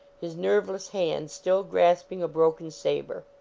his nerveless hand still grasp ing a broken saber.